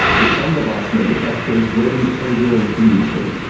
with some device manufacturers ready and willing to use them.